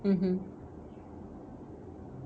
mmhmm